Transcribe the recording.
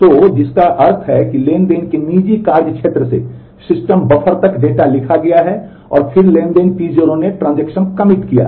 तो जिसका अर्थ है कि ट्रांज़ैक्शन निजी कार्य क्षेत्र से सिस्टम बफर तक डेटा लिखा गया है और फिर ट्रांज़ैक्शन T0 ने ट्रांजेक्शन कमिट किया है